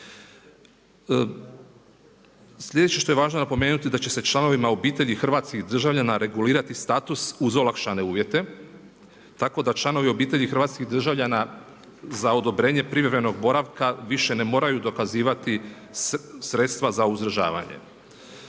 Sljedeće što je važno napomenuti da će se članovima obitelji hrvatskih državljana regulirati status uz olakšane uvjete tako da članovi obitelji hrvatskih državljana za odobrenje privremenog boravaka više ne moraju dokazivati sredstva za uzdržavanje.